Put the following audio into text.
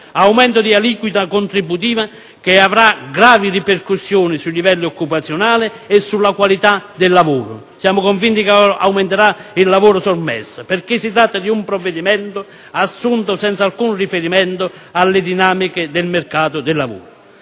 Aumento di aliquota contributiva che avrà gravi ripercussioni sui livelli occupazionali e sulla qualità del lavoro. Siamo convinti che aumenterà il lavoro sommerso perché si tratta di un provvedimento assunto senza alcun riferimento alle dinamiche del mercato del lavoro.